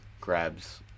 grabs